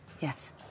Yes